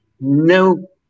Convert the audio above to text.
no